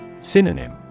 Synonym